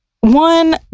one